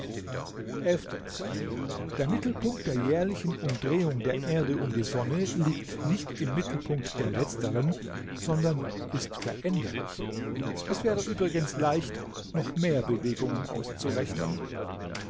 der mittelpunkt der jährlichen umdrehung der erde um die sonne liegt nicht im mittelpunkt der letzteren sondern ist veränderlich es wäre übrigens leicht noch mehr bewegungen auszurechnen